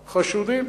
חשודים.